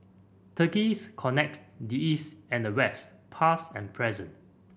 turkey connects the East and the West past and present